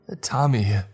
Tommy